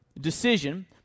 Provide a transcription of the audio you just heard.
decision